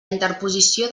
interposició